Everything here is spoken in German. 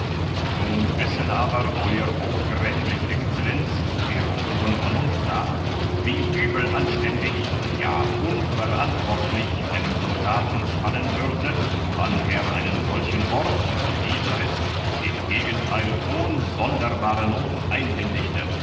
nun wissen aber euer hoch gräfl exzell dero hohen vernunft nach wie übelanständig ja unverantwortlich einem soldaten fallen würde wann er einen solchen ort wie dieser ist dem gegenteil ohn sonderbare not einhändigte